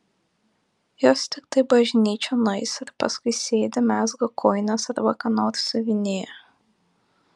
jos tiktai bažnyčion nueis ir paskui sėdi mezga kojines arba ką nors siuvinėja